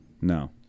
No